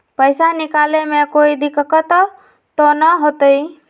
पैसा निकाले में कोई दिक्कत त न होतई?